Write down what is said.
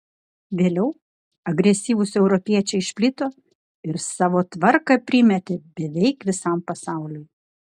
vėliau agresyvūs europiečiai išplito ir savo tvarką primetė beveik visam pasauliui